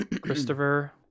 Christopher